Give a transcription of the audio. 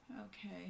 Okay